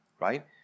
right